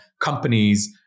companies